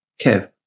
Kev